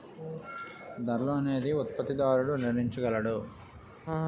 ధరలు అనేవి ఉత్పత్తిదారుడు నిర్ణయించగలడు